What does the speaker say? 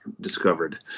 discovered